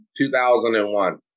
2001